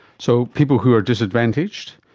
so people who are disadvantaged.